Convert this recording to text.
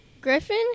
Griffin